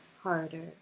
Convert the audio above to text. harder